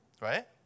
right